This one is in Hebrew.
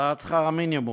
העלאת שכר המינימום,